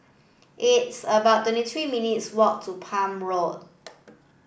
it's about twenty three minutes' walk to Palm Road